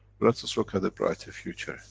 let us look at a brighter future,